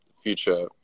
future